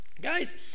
Guys